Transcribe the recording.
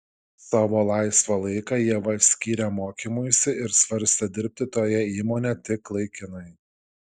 savo laisvą laiką ieva skyrė mokymuisi ir svarstė dirbti toje įmonėje tik laikinai